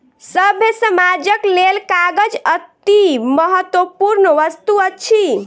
सभ्य समाजक लेल कागज अतिमहत्वपूर्ण वस्तु अछि